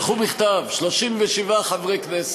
אז איך אתה לא מתבייש, שלחו מכתב, 37 חברי כנסת,